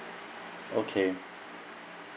okay